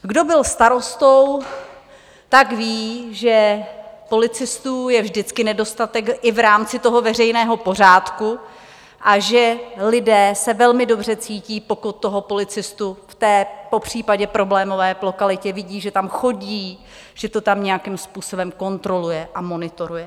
Kdo byl starostou, ví, že policistů je vždycky nedostatek i v rámci veřejného pořádku a že lidé se velmi dobře cítí, pokud policistu v té popřípadě problémové lokalitě vidí, že tam chodí, že to tam nějakým způsobem kontroluje a monitoruje.